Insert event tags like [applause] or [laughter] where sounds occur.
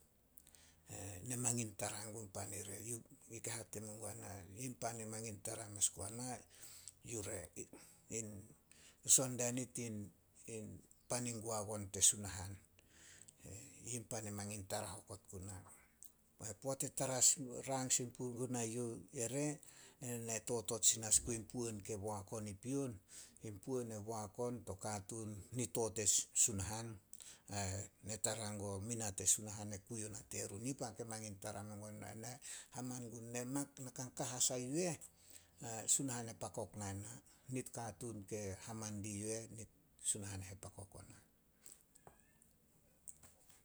[hesitation] Ne mangin tara gun pan ire. [hesitation] Ke hate mengua na yi pan e mangin tara mes guana, yu re. [hesitation] Son dia nit in- in pan in goagon te Sunahan. Yi pan e mangin tara hokot guna. Be poat e [unintelligible] rang sin pugunai youh re, ena totot sin as gun in puan ke boak on i pion, in puan e boak on to katuun nito te Sunahan. Ai na tara gun o mina te Sunahan e kui ona terun. Yi pan ke mangin tara mengua na [unintelligible] haman gun na [hesitation] na kan ka as a yu eh, [hesitation] Sunahan e pakok nai na. Nit katuun ke haman di yu eh, Sunahan e pakok ona.